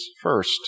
first